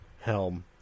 helm